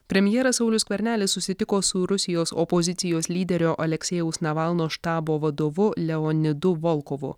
premjeras saulius skvernelis susitiko su rusijos opozicijos lyderio aleksejaus navalno štabo vadovu leonidu volkovu